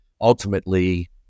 ultimately